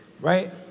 right